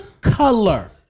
color